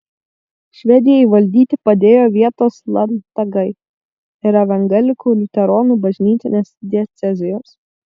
švedijai valdyti padėjo vietos landtagai ir evangelikų liuteronų bažnytinės diecezijos